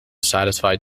satisfied